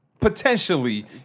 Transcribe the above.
potentially